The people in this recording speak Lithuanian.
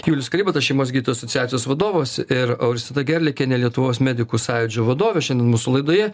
julius kalibatas šeimos gydytojų asociacijos vadovas ir auristida gerliakienė lietuvos medikų sąjūdžio vadovė šiandien mūsų laidoje